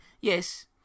Yes